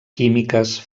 químiques